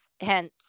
hence